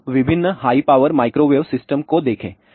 अब विभिन्न high power microwave system को देखें